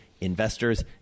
investors